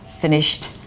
finished